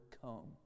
come